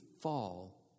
fall